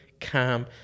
calm